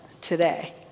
today